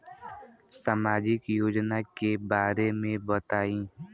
सामाजिक योजना के बारे में बताईं?